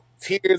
tears